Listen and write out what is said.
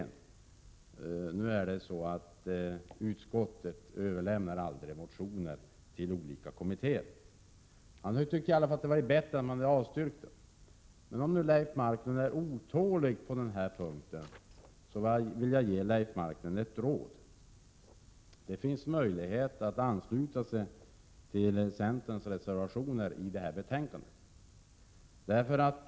Men, Leif Marklund, den uppgiften har inte utskottet. Utskottet överlämnar aldrig motioner till kommittéer. Det hade varit bättre med ett yrkande om avslag från Leif Marklunds sida. Om nu Leif Marklund är otålig, kan jag ge honom rådet att — för den möjligheten finns — ansluta sig till de centerreservationer som är fogade till detta betänkande.